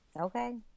Okay